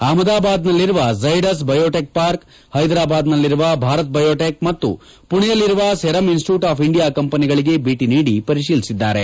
ಅಹಮದಾಬಾದ್ನಲ್ಲಿರುವ Zydus biotech park ಹೈದರಾಬಾದ್ನಲ್ಲಿರುವ Bharat biotech ಮತ್ತು ಪುಣೆಯಲ್ಲಿರುವ ಸೆರಂ ಇನ್ಸ್ಟಿಟ್ಟೂಟ್ ಆಫ್ ಇಂಡಿಯಾ ಕಂಪೆನಿಗಳಿಗೆ ಭೇಟಿ ನೀಡಿ ಪರಿಶೀಲಿಸಿದ್ದಾರೆ